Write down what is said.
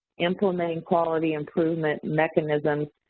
implementing quality improvement mechanisms.